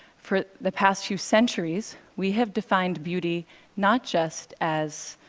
for the past few centuries we have defined beauty not just as